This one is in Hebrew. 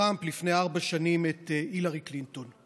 טראמפ לפני ארבע שנים את הילרי קלינטון.